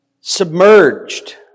submerged